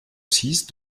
six